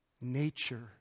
nature